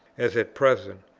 as at present,